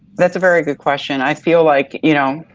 that's a very good question. i feel like you know,